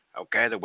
okay